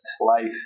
life